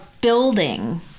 building